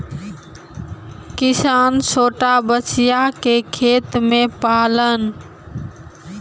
किसान छोटा बछिया के खेत में पाललन